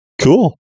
Cool